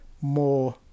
more